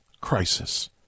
crisis